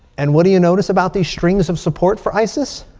and what do you notice about these streams of support for isis?